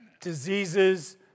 diseases